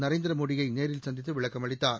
நரேந்திர மோடியை நேரில் சந்தித்து விளக்கமளித்தார்